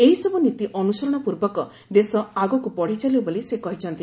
ଏହିସବୁ ନୀତି ଅନୁସରଣ ପୂର୍ବକ ଦେଶ ଆଗକୁ ବଢ଼ି ଚାଲିବ ବୋଲି ସେ କହିଛନ୍ତି